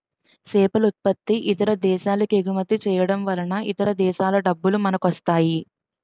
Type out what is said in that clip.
సేపలుత్పత్తి ఇతర దేశాలకెగుమతి చేయడంవలన ఇతర దేశాల డబ్బులు మనకొస్తాయి